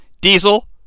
Diesel